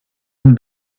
him